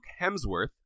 Hemsworth